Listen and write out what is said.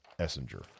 Essinger